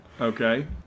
Okay